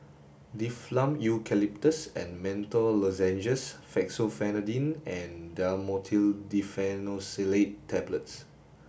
Difflam Eucalyptus and Menthol Lozenges Fexofenadine and Dhamotil Diphenoxylate Tablets